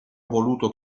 voluto